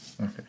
Okay